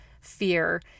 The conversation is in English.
fear